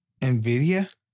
NVIDIA